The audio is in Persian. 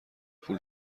پول